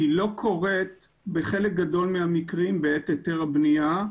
היא לא קורית בחלק גדול מהמקרים בעת היתר הבנייה.